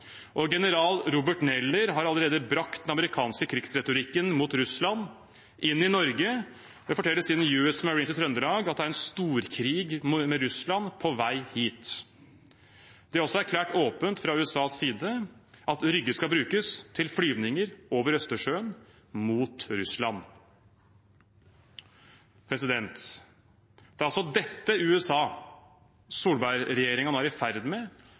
militærflyplass. General Robert Neller har allerede brakt den amerikanske krigsretorikken mot Russland inn i Norge ved å fortelle sine US Marines i Trøndelag at det er en storkrig med Russland på vei hit. Det er også erklært åpent fra USAs side at Rygge skal brukes til flyvninger over Østersjøen mot Russland. Det er altså dette USA Solberg-regjeringen nå er i ferd med